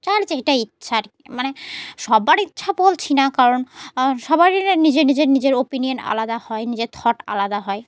যার যেটা ইচ্ছা আর কি মানে সবার ইচ্ছা বলছি না কারণ সবারই না নিজের নিজের নিজের ওপিনিয়ন আলাদা হয় নিজের থট আলাদা হয়